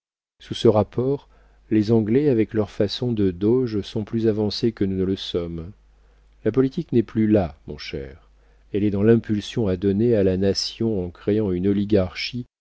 sous ce rapport les anglais avec leur façon de doge sont plus avancés que nous ne le sommes la politique n'est plus là mon cher elle est dans l'impulsion à donner à la nation en créant une oligarchie où